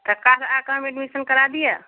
तऽ काल्हि आके हम एडमिशन करा दिअ